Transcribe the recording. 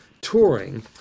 touring